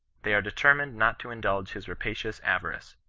they are determined not to indulge his rapacious ava rice.